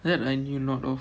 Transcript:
that I knew not of